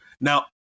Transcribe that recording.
Now